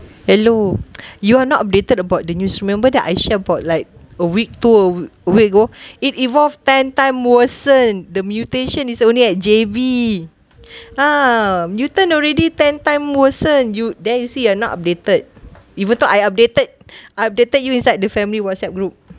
hello you are not updated about the news remember that I shared about like a week two or a week ago it evolved ten time worsen the mutation is only at J_B ah mutant already ten time worsen you there you see you are not updated even though I updated updated you inside the family WhatsApp group